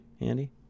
Andy